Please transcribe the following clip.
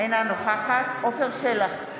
אינה נוכחת עפר שלח,